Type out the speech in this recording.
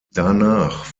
danach